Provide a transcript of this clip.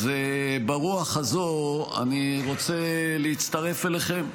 ברוח הזו אני רוצה להצטרף אליכם.